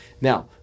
Now